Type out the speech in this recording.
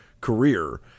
career